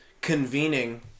convening